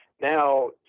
now